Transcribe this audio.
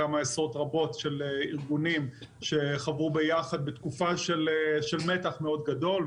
כמה עשרות רבות של ארגונים שחברו ביחד בתקופה של מתח מאוד גדול,